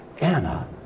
Anna